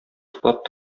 йоклап